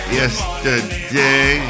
yesterday